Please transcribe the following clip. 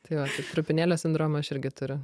tai va trupinėlio sindromą aš irgi turiu